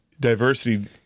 diversity